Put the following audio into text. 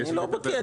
אני לא בקי,